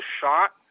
shot